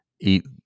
eat